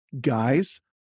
Guys